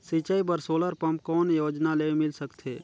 सिंचाई बर solar pump कौन योजना ले मिल सकथे?